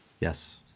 Yes